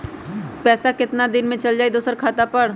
पैसा कितना दिन में चल जाई दुसर खाता पर?